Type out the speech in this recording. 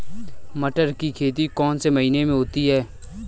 मटर की खेती कौन से महीने में होती है?